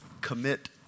Commit